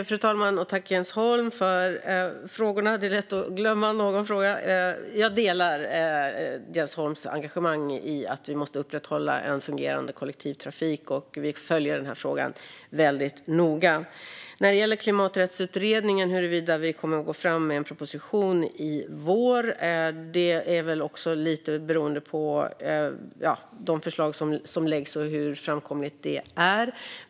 Fru talman! Tack, Jens Holm, för frågorna! Det är lätt att glömma någon fråga. Jag delar Jens Holms engagemang för att upprätthålla en fungerande kollektivtrafik. Vi följer den frågan noga. När det gäller Klimaträttsutredningen och huruvida vi kommer att gå fram med en proposition i vår beror det lite på de förslag som läggs fram och hur framkomligt det är.